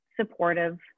supportive